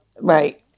Right